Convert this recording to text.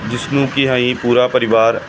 ਜਿਸ ਨੂੰ ਕਿ ਅਸੀਂ ਪੂਰਾ ਪਰਿਵਾਰ